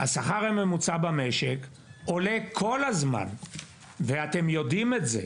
השכר הממוצע במשק עולה כל הזמן ואתם יודעים את זה.